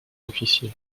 officier